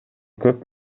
көп